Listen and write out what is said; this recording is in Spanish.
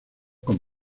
con